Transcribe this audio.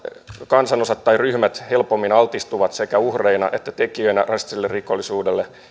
kansanosat tai ryhmät helpommin altistuvat sekä uhreina että tekijöinä rasistiselle rikollisuudelle